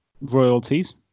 royalties